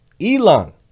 Elon